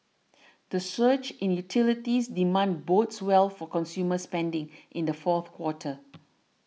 the surge in utilities demand bodes well for consumer spending in the fourth quarter